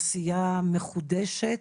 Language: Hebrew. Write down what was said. עשייה מחודשת,